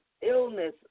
illness